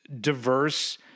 diverse